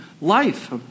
life